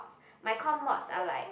my core mods are like